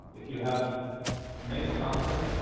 if you have mixed content,